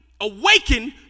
awaken